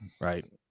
right